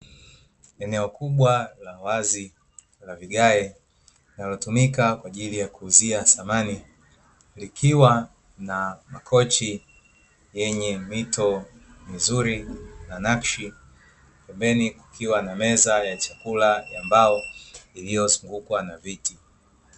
Eneo kubwa la wazi la vigae linalotumika kwa ajili ya kuuzia samani, likiwa na makochi yenye mito mizuri na nakshi, pembeni kukiwa na meza ya chakula ya mbao iliyozungukwa na viti.